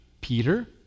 Peter